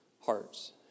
hearts